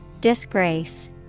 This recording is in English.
Disgrace